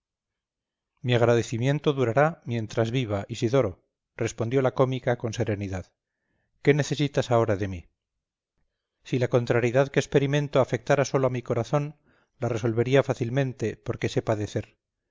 mi agradecimiento durará mientras viva isidoro respondió la cómica con serenidad qué necesitas ahora de mí si la contrariedad que experimento afectara sólo a mi corazón la resolvería fácilmente porque sé padecer